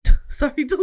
Sorry